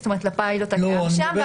זאת אומרת לפיילוט הקיים שם.